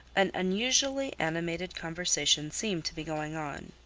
an unusually animated conversation seemed to be going on.